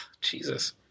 Jesus